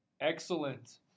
Excellent